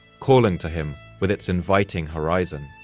calling to him with its inviting horizon.